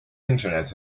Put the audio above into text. internet